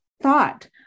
thought